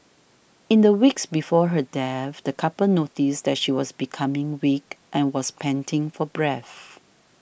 in the weeks before her death the couple noticed that she was becoming weak and was panting for breath